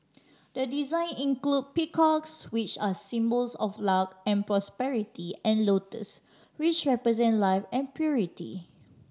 the design include peacocks which are symbols of luck and prosperity and lotuses which represent life and purity